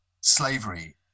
slavery